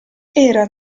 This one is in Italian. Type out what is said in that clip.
era